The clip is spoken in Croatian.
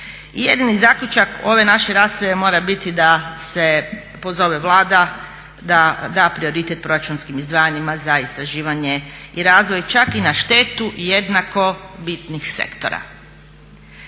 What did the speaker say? jedini zaključak ove naše rasprave mora biti da se pozove Vlada da da prioritet proračunskim izdvajanjima za istraživanje i razvoj, čak i na štetu jednako bitnih sektora.